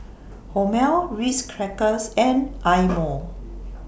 Hormel Ritz Crackers and Eye Mo